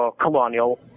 colonial